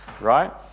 Right